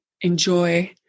enjoy